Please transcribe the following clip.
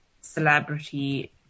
Celebrity